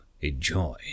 enjoy